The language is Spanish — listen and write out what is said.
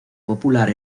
popular